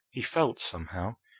he felt, somehow,